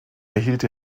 erhielt